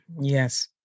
Yes